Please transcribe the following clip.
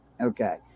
Okay